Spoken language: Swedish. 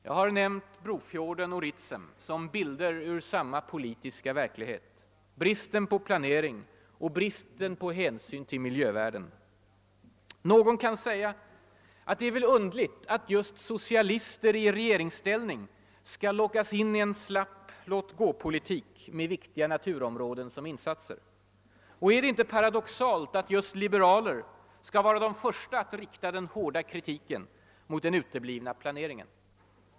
Jag har nämnt Brofjorden och Ritsem som bilder ur samma politiska verklighet: bristen på planering och bristen på hänsyn till våra miljövärden. Någon kan säga, att det är väl underligt att just socialister i regeringsställning skall lockas in i en slapp låtgå-politik med viktiga naturområden som insatser. Och är det inte paradoxalt att just liberaler skall vara de första att rikta den hårda kritiken mot den uteblivna planeringen?